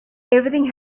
everything